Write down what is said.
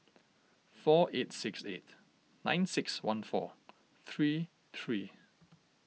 four eight six eight nine six one four three three